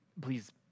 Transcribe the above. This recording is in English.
Please